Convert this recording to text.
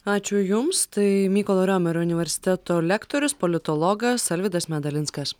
ačiū jums tai mykolo romerio universiteto lektorius politologas alvydas medalinskas